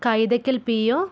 Kaithakkal P O